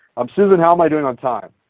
um susan, how am i doing on time?